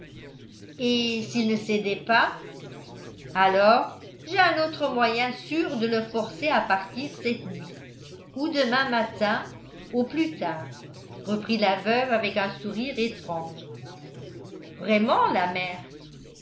et s'il ne cédait pas alors j'ai un autre moyen sûr de le forcer à partir cette nuit ou demain matin au plus tard reprit la veuve avec un sourire étrange vraiment la mère